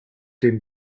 den